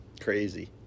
crazy